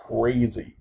crazy